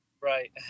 Right